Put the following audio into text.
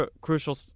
crucial